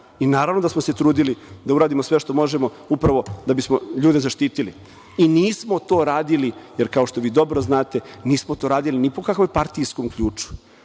Naravno da smo se trudili da uradimo sve što možemo upravo da bismo ljude zaštitili i nismo to radili jer kao što vi dobro znate, nismo to radili ni po kakvom partijskom ključu.